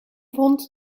vond